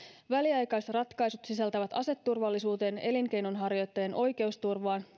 väliaikaisratkaisut sisältävät aseturvallisuuteen elinkeinonharjoittajan oikeusturvaan